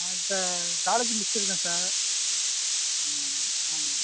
ஆ இப்போ காலேஜ் முடிச்சிவிட்டு இருக்கேன் சார் ஆமாம் ஆமாம்